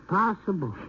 possible